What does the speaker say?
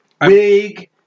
big